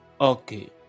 Okay